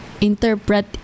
interpret